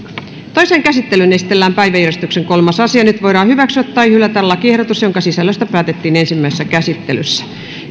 toiseen käsittelyyn esitellään päiväjärjestyksen kolmas asia nyt voidaan hyväksyä tai hylätä lakiehdotus jonka sisällöstä päätettiin ensimmäisessä käsittelyssä